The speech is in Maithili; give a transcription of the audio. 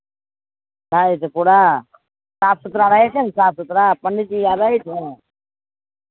भए जेतै पूरा साफ सुथरा रहै छै ने साफ सुथरा पण्डितजी आर रहै छै